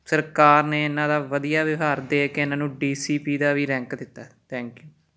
ਸਰਕਾਰ ਨੇ ਇਨ੍ਹਾਂ ਦਾ ਵਧੀਆ ਵਿਵਹਾਰ ਦੇਖ ਕੇ ਇਨ੍ਹਾਂ ਨੂੰ ਡੀ ਸੀ ਪੀ ਦਾ ਵੀ ਰੈੱਕ ਦਿੱਤਾ ਹੈ ਥੈਂਕ ਯੂ